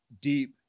deep